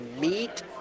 meet